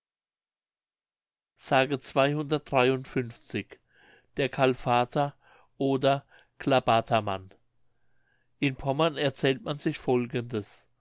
der kalfater oder klabatermann in pommern erzählt man sich folgendes